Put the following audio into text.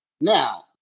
Now